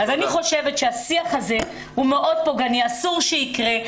אני חושבת שהשיח הזה הוא מאוד פוגעני ואסור שהוא יקרה.